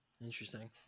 interesting